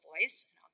voice